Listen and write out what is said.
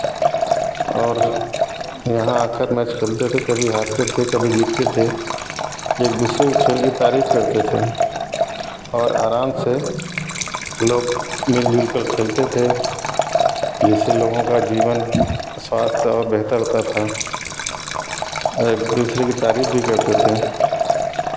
और यहाँ आकर मैच खेलते थे कभी हारते थे कभी जीतते थे एक दूसरे के खेल की तारीफ़ करते थे और आराम से लोग मिल जुल कर खेलते थे जिससे लोगों का जीवन स्वास्थ्य और बेहतर होता था और एक दूसरे के तारीफ़ भी करते थे